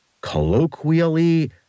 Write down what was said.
colloquially